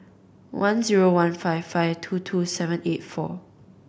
one zero one five five two two seven eight four